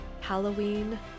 Halloween